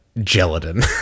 gelatin